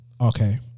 Okay